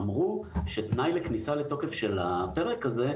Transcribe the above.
אמרו שתנאי לכניסה לתוקף של הפרק הזה,